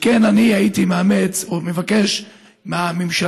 על כן, הייתי מבקש מהממשלה,